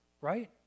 right